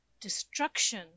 destruction